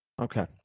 Okay